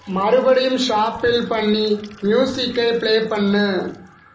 மறுபடியும் ஷாஃபில் பண்ணி மியூசிக்கை பிளே பண்ணு